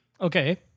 Okay